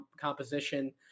composition